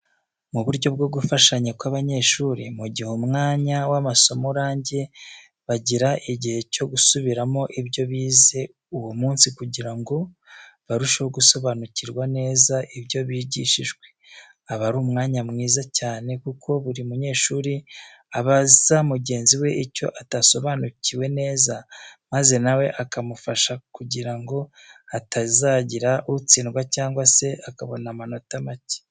Mu buryo bwo gufashanya kw'abanyeshuri, mu gihe umwanya w'amasomo urangiye bagira igihe cyo gusubiramo ibyo bize uwo munsi kugira ngo barusheho gusobanukirwa neza ibyo bigishijwe. Aba ari umwanya mwiza cyane kuko buri munyeshuri abaza mugenzi we icyo atasobanukiwe neza, maze na we akamufasha kugira ngo hatazagira utsindwa cyangwa se akabona amanota make.